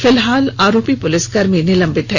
फिलहाल आरोपी पुलिसकर्मी निलंबित है